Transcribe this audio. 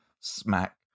smack